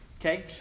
okay